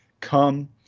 come